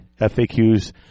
FAQs